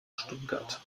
stuttgart